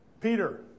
Peter